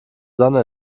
sonne